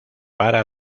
para